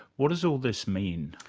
what does all this mean?